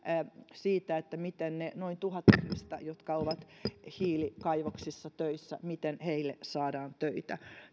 siitä miten niille noin tuhannelle ihmiselle jotka ovat hiilikaivoksissa töissä saadaan töitä